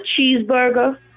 cheeseburger